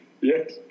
Yes